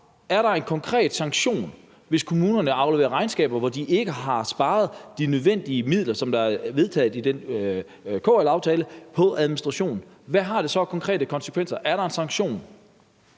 der er en konkret sanktion, hvis kommunerne afleverer regnskaber, hvor de ikke har sparet de nødvendige midler, som det er vedtaget i den KL-aftale, på administration. Hvad har det så af konkrete konsekvenser? Er der en sanktion?